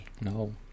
No